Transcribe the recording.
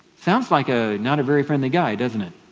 sounds like ah not a very friendly guy doesn't it?